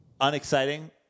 unexciting